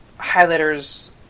highlighters